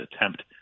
attempt